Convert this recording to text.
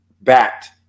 backed